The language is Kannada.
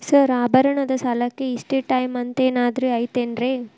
ಸರ್ ಆಭರಣದ ಸಾಲಕ್ಕೆ ಇಷ್ಟೇ ಟೈಮ್ ಅಂತೆನಾದ್ರಿ ಐತೇನ್ರೇ?